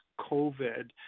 COVID